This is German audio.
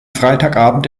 freitagabend